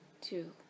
two